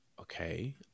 Okay